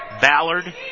Ballard